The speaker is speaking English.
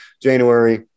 January